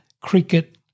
cricket